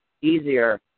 easier